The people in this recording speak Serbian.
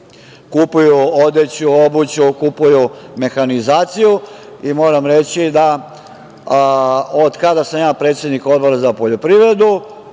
kupuju odeću, obuću, kupuju mehanizaciju i moram reći da od kada sam ja predsednik Odbora za poljoprivredu